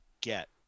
get